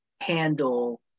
handle